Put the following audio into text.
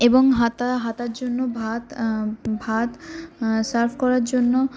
এবং হাতা হাতার জন্য ভাত ভাত সার্ভ করার জন্য